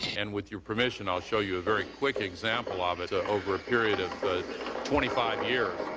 and with your permission, i'll show you a very quick example of it ah over a period of but twenty five years.